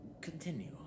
Continue